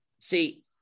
See